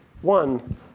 one